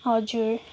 हजुर